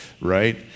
right